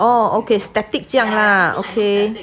oh okay static 这样 ah static